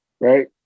right